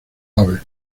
aves